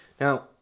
Now